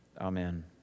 Amen